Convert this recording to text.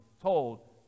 told